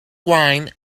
wine